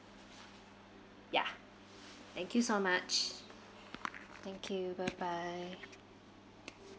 ya thank you so much thank you bye bye